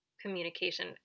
communication